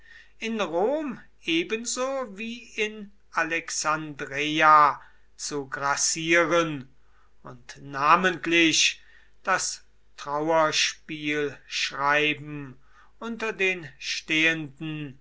in rom ebenso wie in alexandreia zu grassieren und namentlich das trauerspielschreiben unter den stehenden